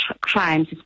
crimes